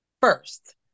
First